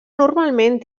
normalment